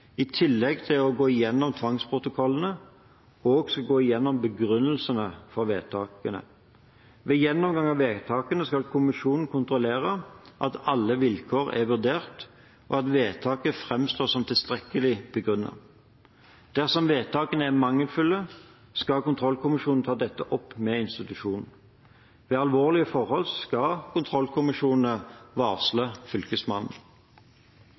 i tillegg til å gå igjennom tvangsprotokollene, skal gå igjennom begrunnelsene for vedtakene. Ved gjennomgang av vedtakene skal kommisjonen kontrollere at alle vilkår er vurdert, og at vedtaket framstår som tilstrekkelig begrunnet. Dersom vedtakene er mangelfulle, skal kontrollkommisjonen ta dette opp med institusjonen. Ved alvorlige forhold skal kontrollkommisjonen varsle Fylkesmannen.